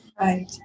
Right